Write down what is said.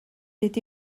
été